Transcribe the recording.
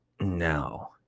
no